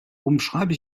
umschreibe